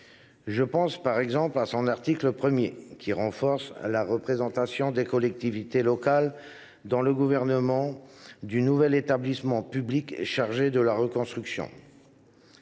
J’ai ainsi à l’esprit l’article 1, qui renforce la représentation des collectivités locales dans la gouvernance du nouvel établissement public chargé de la reconstruction,